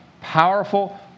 powerful